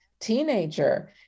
teenager